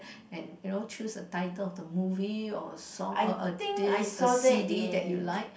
and you know choose the title of a movie or a song a a disk a c_d that you like